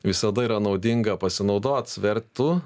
visada yra naudinga pasinaudot svertu